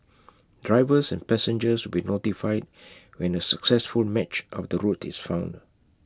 drivers and passengers will be notified when A successful match of the route is found